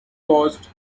paused